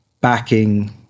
backing